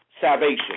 salvation